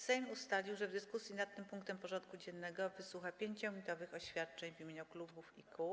Sejm ustalił, że w dyskusji nad tym punktem porządku dziennego wysłucha 5-minutowych oświadczeń w imieniu klubów i kół.